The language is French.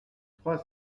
trois